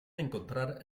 encontrar